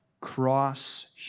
cross